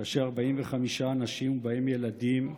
כאשר 45 אנשים, ובהם ילדים,